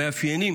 המאפיינים